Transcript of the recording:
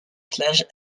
plage